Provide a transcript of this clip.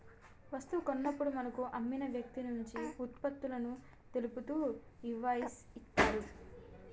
వస్తువు కొన్నప్పుడు మనకు అమ్మిన వ్యక్తినుంచి వుత్పత్తులను తెలుపుతూ ఇన్వాయిస్ ఇత్తరు